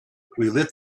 lit